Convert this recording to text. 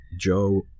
Joe